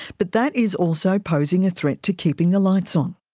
but that is also posing a threat to keeping the lights on.